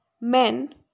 Men